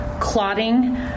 clotting